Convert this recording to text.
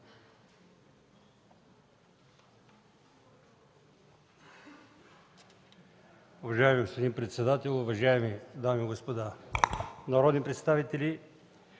господин председател, уважаеми дами и господа народни представители!